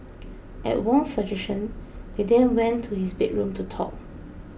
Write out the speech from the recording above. at Wong's suggestion they then went to his bedroom to talk